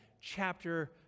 chapter